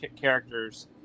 characters